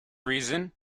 reason